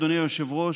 אדוני היושב-ראש,